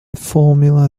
formula